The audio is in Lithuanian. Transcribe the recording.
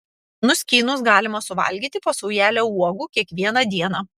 nuskynus galima suvalgyti po saujelę uogų kiekvieną dieną